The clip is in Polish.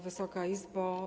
Wysoka Izbo!